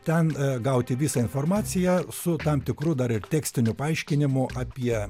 ten gauti visą informaciją su tam tikru dar ir tekstiniu paaiškinimu apie